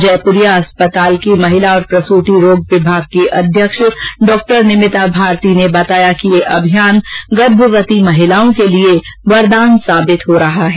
जयपुरिया अस्पताल की महिला और प्रसूति रोग विभाग की अध्यक्ष डॉ निमिता भारती ने बताया कि यह अभियान गर्भवती महिलाओं के लिए वरदान साबित हो रहा है